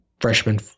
freshman